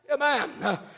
Amen